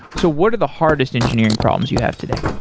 so what are the hardest engineering problems you have today?